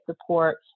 support